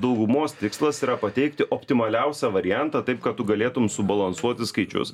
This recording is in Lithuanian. daugumos tikslas yra pateikti optimaliausią variantą taip kad tu galėtum subalansuoti skaičius